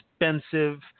expensive